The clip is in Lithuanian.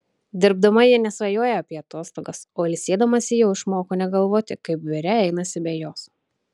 dirbdama ji nesvajoja apie atostogas o ilsėdamasi jau išmoko negalvoti kaip biure einasi be jos